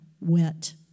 wet